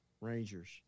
Rangers